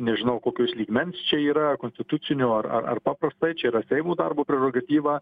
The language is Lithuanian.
nežinau kokio jis lygmens čia yra konstitucinio ar ar paprastai čia yra seimo darbo prerogatyva